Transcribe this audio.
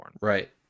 Right